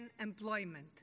employment